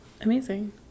Amazing